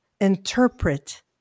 interpret